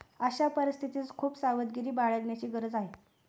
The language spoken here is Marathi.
अशा परिस्थितीत खूप सावधगिरी बाळगण्याची गरज आहे